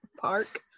park